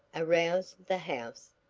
arouse the house?